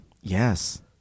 Yes